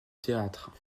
théâtre